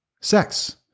sex